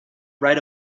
write